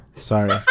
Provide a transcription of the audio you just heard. Sorry